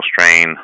strain